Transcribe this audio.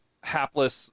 hapless